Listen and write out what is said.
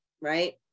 right